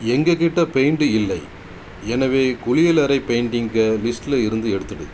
எங்கக்கிட்டே பெயிண்ட்டு இல்லை எனவே குளியலறை பெயிண்டிங்கை லிஸ்ட்டில் இருந்து எடுத்துடு